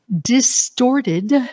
distorted